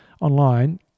online